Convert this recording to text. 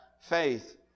faith